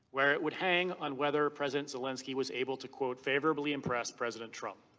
where it would hang on whether president zelensky was able to quote favorably impressed president trump.